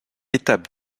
étape